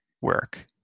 work